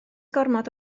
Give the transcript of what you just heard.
gormod